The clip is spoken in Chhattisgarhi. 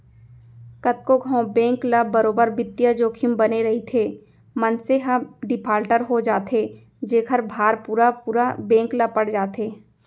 कतको घांव बेंक ल बरोबर बित्तीय जोखिम बने रइथे, मनसे ह डिफाल्टर हो जाथे जेखर भार पुरा पुरा बेंक ल पड़ जाथे